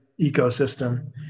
ecosystem